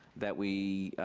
that we